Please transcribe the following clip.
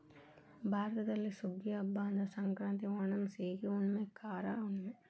ಭಾರತದಲ್ಲಿ ಸುಗ್ಗಿಯ ಹಬ್ಬಾ ಅಂದ್ರ ಸಂಕ್ರಾಂತಿ, ಓಣಂ, ಸೇಗಿ ಹುಣ್ಣುಮೆ, ಕಾರ ಹುಣ್ಣುಮೆ